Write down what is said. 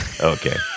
Okay